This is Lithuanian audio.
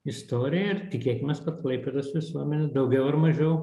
istorija ir tikėkimės kad klaipėdos visuomenė daugiau ar mažiau